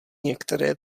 některé